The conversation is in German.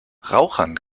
rauchern